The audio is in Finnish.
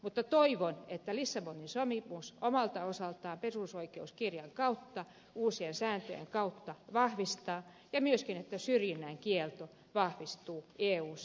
mutta toivon että lissabonin sopimus omalta osaltaan perusoikeuskirjan kautta uusien sääntöjen kautta vahvistaa näitä oikeuksia ja myöskin että syrjinnän kielto vahvistuu eussa